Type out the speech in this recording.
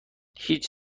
هیچ